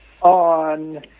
on